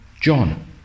John